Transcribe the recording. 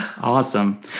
Awesome